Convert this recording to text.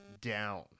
down